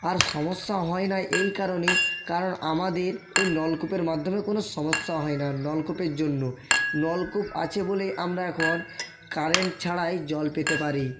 আর সমস্যা হয় না এই কারণেই কারণ আমাদের এই নলকূপের মাধ্যমে কোনো সমস্যা হয় না নলকূপের জন্য নলকূপ আছে বলে আমরা এখন কারেন্ট ছাড়াই জল পেতে পারি